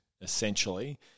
essentially